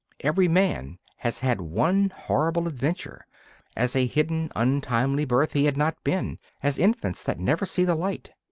every man has had one horrible adventure as a hidden untimely birth he had not been, as infants that never see the light.